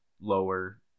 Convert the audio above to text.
lower